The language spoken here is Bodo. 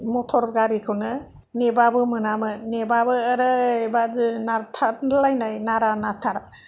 मथर गारिखौनो नेबाबो मोनामोन नेबाबो ओरैबादि नारथार लायनाय नारा नाथार